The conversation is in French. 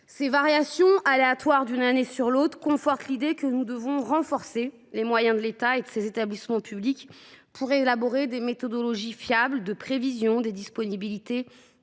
Ces variations, aléatoires, d’une année sur l’autre confortent l’idée que nous devons renforcer les moyens de l’État et de ses établissements publics pour élaborer des méthodologies fiables de prévision des disponibilités